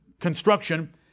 construction